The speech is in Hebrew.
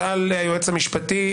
שאל היועץ המשפטי,